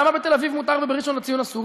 למה בתל-אביב מותר ובראשון-לציון אסור?